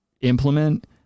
implement